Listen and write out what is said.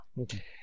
okay